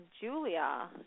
Julia